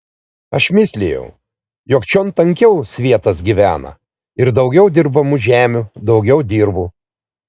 aš mislijau jog čion tankiau svietas gyvena ir daugiau dirbamų žemių daugiau dirvų